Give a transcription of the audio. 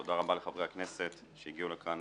תודה רבה לחברי הכנסת שהגיעו לכאן